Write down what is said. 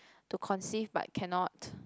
to conceive but cannot